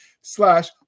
slash